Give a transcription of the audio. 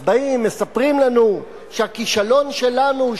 אז באים ומספרים לנו שהכישלון שלנו,